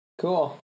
Cool